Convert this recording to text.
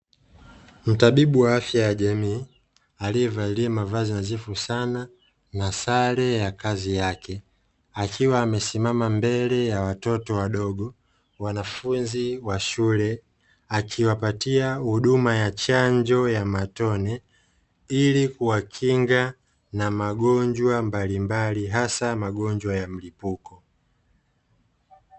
Mtabibu wa afya ya jamii aliyevalia mavazi nadhifu sana na sare ya kazi yake akiwa amesimama mbele ya watoto wadogo wanafunzi wa shule akiwapatia huduma ya chanjo ya matone ili kuwakinga na magonjwa mbalimbali hasa magonjwa ya mlipuko.